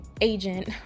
agent